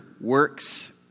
works